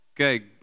Okay